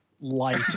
light